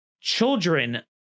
Children